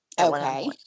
Okay